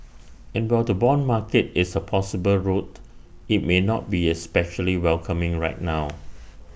and while the Bond market is A possible route IT may not be especially welcoming right now